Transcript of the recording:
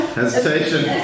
hesitation